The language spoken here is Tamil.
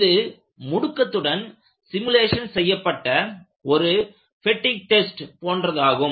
இது முடுக்கத்துடன் சிமுலேஷன் செய்யப்பட்ட ஒரு பெட்டிக் டெஸ்ட் போன்றதாகும்